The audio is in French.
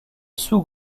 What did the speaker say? sous